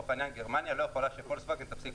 גרמניה לא יכולה שפולקסווגן תפסיק